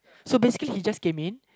so basically he just came in